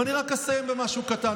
ואני רק אסיים במשהו קטן.